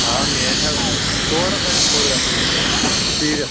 آ میلہِ حظ ژور ہتھ رۄپیہِ فُٹ گژھان حظ چیٖرِتھ